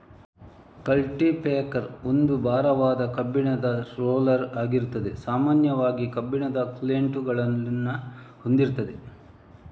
culti packer ಒಂದು ಭಾರವಾದ ಕಬ್ಬಿಣದ ರೋಲರ್ ಆಗಿದ್ದು ಸಾಮಾನ್ಯವಾಗಿ ಕಬ್ಬಿಣದ ಕ್ಲೀಟುಗಳನ್ನ ಹೊಂದಿರ್ತದೆ